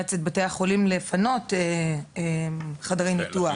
לתמרץ את בתי החולים לפנות חדרי ניתוח,